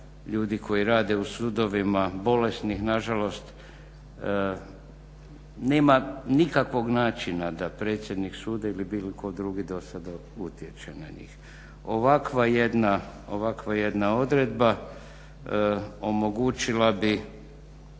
ljudi koji rade u sudovima bolesnih nažalost, nema nikakvog načina da predsjednik suda ili bilo tko drugi do sada utječe na njih. Ovakva jedna odredba omogućila bi,